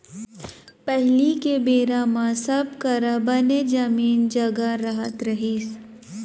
पहिली के बेरा म सब करा बने जमीन जघा रहत रहिस हे